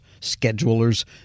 schedulers